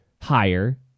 higher